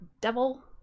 devil